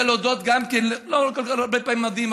לא כל כך הרבה פעמים מודים,